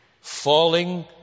falling